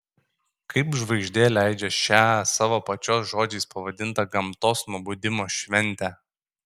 kaip žvaigždė leidžią šią savo pačios žodžiais pavadintą gamtos nubudimo šventę